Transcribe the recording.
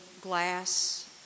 glass